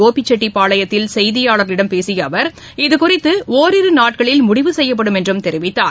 கோபிச்செட்டிப்பாளையத்தில் ஈரோடுமாவட்டம் செய்தியாளர்களிடம் பேசியஅவர் இதுகுறித்துஒரிருநாட்களில் முடிவு செய்யப்படும் என்று தெரிவித்தார்